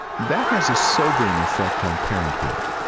that has a sobering effect on parenthood.